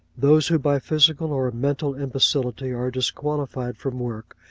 those who by physical or mental imbecility are disqualified from work,